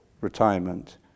retirement